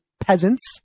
peasants